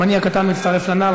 גם אני הקטן מצטרף לנ"ל.